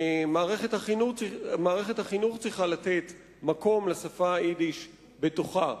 מערכת החינוך צריכה לתת מקום לשפה היידית בתוכה.